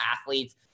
athletes